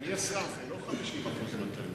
אדוני השר, זה לא 50% מהתלמידים,